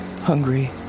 Hungry